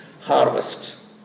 harvest